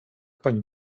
pani